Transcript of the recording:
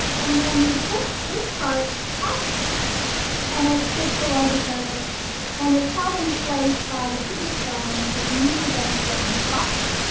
and then you push this part up and it sits below the cervix and is held in place by the pubic bone, it leans against it and prompts.